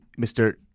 Mr